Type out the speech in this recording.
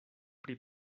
pri